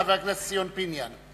חבר הכנסת ציון פיניאן.